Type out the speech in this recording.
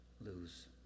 lose